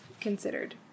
considered